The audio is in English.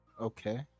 okay